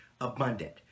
abundant